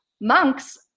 monks